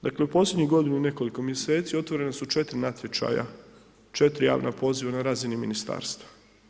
Dakle, u posljednjih godinu i nekoliko mjeseci, otvorena su 4 natječaja, 4 javna poziva na razini ministarstva.